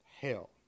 hell